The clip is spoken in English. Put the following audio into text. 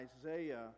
Isaiah